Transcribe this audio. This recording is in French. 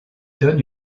donne